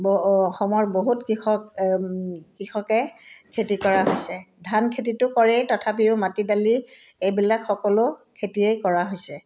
ব অসমৰ বহুত কৃষক কৃষকে খেতি কৰা হৈছে ধান খেতিটো কৰেই তথাপিও মাটি দালি এইবিলাক সকলো খেতিয়েই কৰা হৈছে